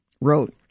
wrote